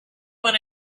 want